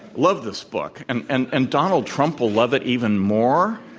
love this book. and and and donald trump will love it even more.